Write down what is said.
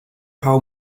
how